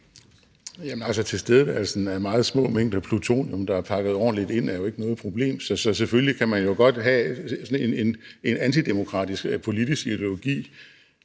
tilstedeværelsen af meget små mængder plutonium, der er pakket ordentligt ind, er jo ikke noget problem, så selvfølgelig kan man godt have en antidemokratisk politisk ideologi